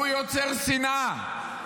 הוא יוצר שנאה.